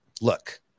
look